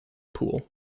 pool